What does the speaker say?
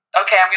okay